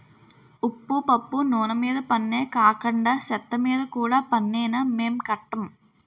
ఉప్పు పప్పు నూన మీద పన్నే కాకండా సెత్తమీద కూడా పన్నేనా మేం కట్టం